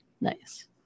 Nice